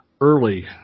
early